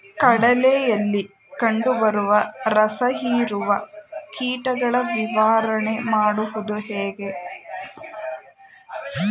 ಕಡಲೆಯಲ್ಲಿ ಕಂಡುಬರುವ ರಸಹೀರುವ ಕೀಟಗಳ ನಿವಾರಣೆ ಮಾಡುವುದು ಹೇಗೆ?